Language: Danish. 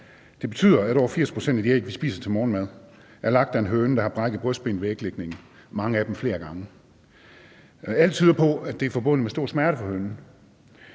Det betyder, at over 80 pct. af de æg, vi spiser til morgenmad, er lagt af en høne, der har brækket brystbenet ved æglægning, mange af dem flere gange. Alt tyder på, at det er forbundet med stor smerte for hønen.